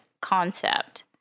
concept